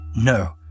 No